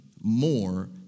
more